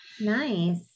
Nice